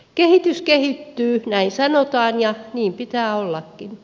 kehitys kehittyy näin sanotaan ja niin pitää ollakin